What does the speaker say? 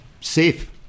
safe